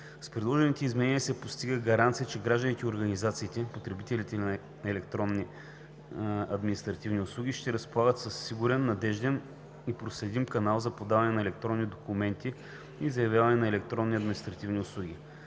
С предложените изменения се постига гаранция, че гражданите и организациите – потребители на електронни административни услуги, ще разполагат със сигурен, надежден и проследим канал за подаване на електронни документи и заявяване на електронни административни услуги.